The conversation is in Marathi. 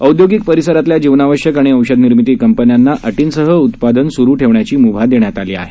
औद्योगिक परिसरातल्या जीवनावश्यक आणि औषध निर्मिती कंपन्यांना अटींसह उत्पादन सुरु ठेवण्याची म्भा दिली आहे